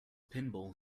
pinball